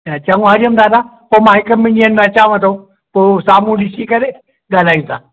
चङो हरि ओम दादा पोइ मां हिकु ॿिनि ॾींहंनि में अचांव थो पोइ साम्हू ॾिसी करे ॻाल्हायूं था